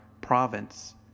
province